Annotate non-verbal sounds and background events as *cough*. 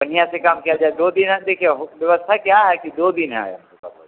बढ़िया से काम किया जाए दो दिन *unintelligible* क्या व्यवस्था क्या है कि दो दिन है हम लोग का बस